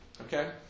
Okay